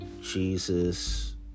Jesus